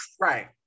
Right